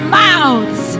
mouths